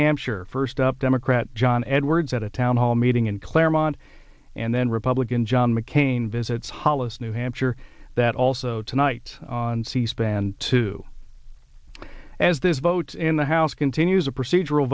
hampshire first up democrat john edwards at a town hall meeting in claremont and then republican john mccain visits hollis new hampshire that also tonight on c span two as this vote in the house continues a procedural